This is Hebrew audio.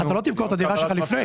אתה לא תמכור את הדירה שלך לפני,